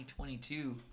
2022